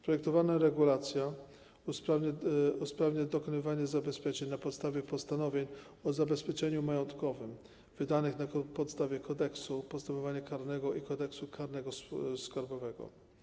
Projektowana regulacja usprawnia dokonywanie zabezpieczeń na podstawie postanowień o zabezpieczeniu majątkowym, wydanych na podstawie Kodeksu postępowania karnego i Kodeksu karnego skarbowego.